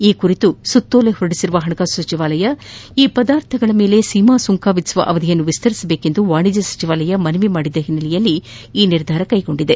ಈ ಕುರಿತು ಸುತ್ತೋಲೆ ಹೊರಡಿಸಿರುವ ಹಣಕಾಸು ಸಚಿವಾಲಯ ಈ ಪದಾರ್ಥಗಳ ಮೇಲೆ ಸೀಮಾ ಸುಂಕ ವಿಧಿಸುವ ಅವಧಿಯನ್ನು ವಿಸ್ತರಿಸುವಂತೆ ವಾಣಿಜ್ಯ ಸಚಿವಾಲಯ ಮನವಿ ಮಾಡಿದ ಹಿನ್ನೆಲೆಯಲ್ಲಿ ಈ ನಿರ್ಧಾರ ಕೈಗೊಂಡಿದೆ